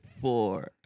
four